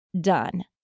done